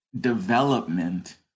development